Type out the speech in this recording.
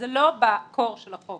דבר שני,